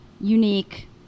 unique